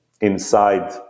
inside